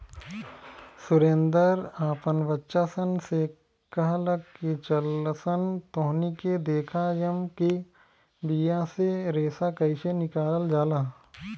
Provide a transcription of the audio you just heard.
सुरेंद्र आपन बच्चा सन से कहलख की चलऽसन तोहनी के देखाएम कि बिया से रेशा कइसे निकलाल जाला